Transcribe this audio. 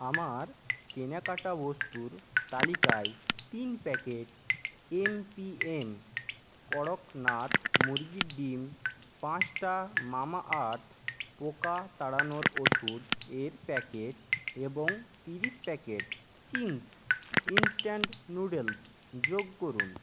আমার কেনাকাটা বস্তুর তালিকায় তিন প্যাকেট এমপিএম কড়কনাথ মুরগির ডিম পাঁচটা মামাআর্থ পোকা তাড়ানোর ওষুধ এর প্যাকেট এবং ত্রিশ প্যাকেট চিংস ইন্সট্যান্ট নুডলস যোগ করুন